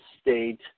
state